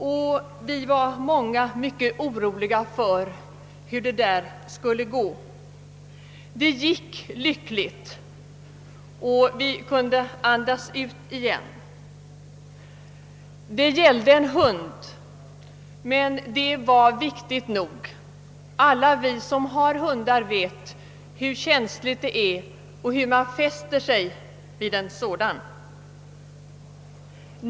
Många av oss var mycket oroliga för hur det skulle gå. Det gick lyckligt och vi kunde andas ut igen. Det gällde alltså en hund, men det var viktigt nog. Alla vi som har hund vet hur man fäster sig vid en sådan.